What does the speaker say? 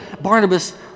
Barnabas